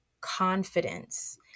confidence